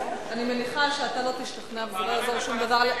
אני מניחה שאתה לא תשתכנע ולא יעזור שום דבר.